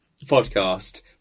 podcast